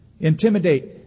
Intimidate